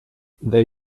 they